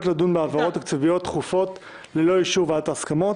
לדון בהעברות תקציביות דחופות ללא אישור ועדת ההסכמות.